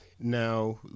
now